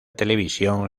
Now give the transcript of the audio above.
televisión